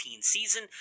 season